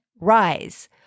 rise